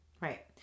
Right